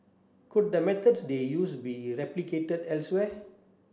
could the methods they used be replicated elsewhere